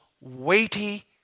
weighty